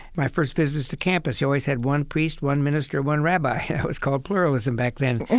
my first visits to campus, you always had one priest, one minister, one rabbi that was called pluralism back then.